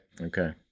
Okay